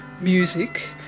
music